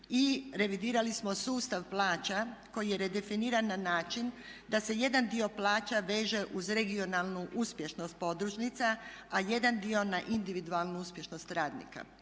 I revidirali smo sustav plaća koji je redefiniran na način da se jedan dio plaća veže uz regionalnu uspješnost podružnica, a jedan dio na individualnu uspješnost radnika.